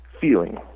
feeling